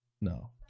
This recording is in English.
No